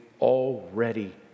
already